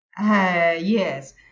yes